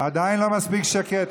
עדיין לא מספיק שקט.